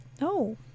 No